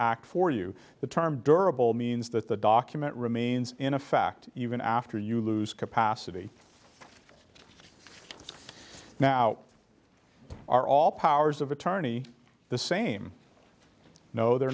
act for you the term durable means that the document remains in effect even after you lose capacity now are all powers of attorney the same no they're